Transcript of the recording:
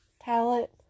palette